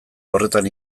horretan